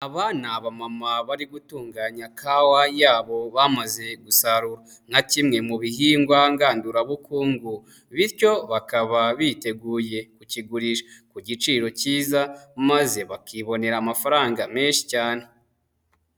Aba ni abamama bari gutunganya kawa yabo bamaze gusarura nka kimwe mu bihingwa ngandura bukungu bityo bakaba biteguye kukigusha ku giciro cyiza maze bakibonera amafaranga menshi cyane.